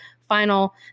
final